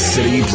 City